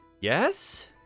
yes